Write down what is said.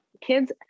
kids